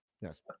yes